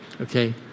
Okay